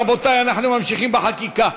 רבותי, אנחנו ממשיכים בחקיקה.